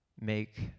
make